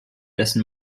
dessen